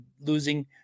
losing